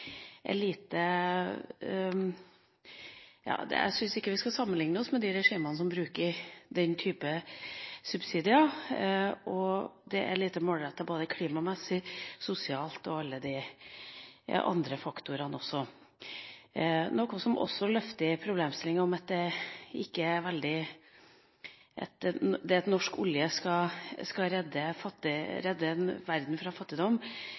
er lite målrettet. Jeg syns ikke vi skal sammenligne oss med de regimene som bruker den type subsidier. Det er lite målrettet av både klimamessige, sosiale og andre årsaker, og det løfter også fram problemstillinga at norsk olje skal redde verden fra fattigdom